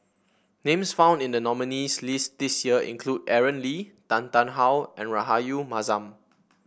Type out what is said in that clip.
names found in the nominees' list this year include Aaron Lee Tan Tarn How and Rahayu Mahzam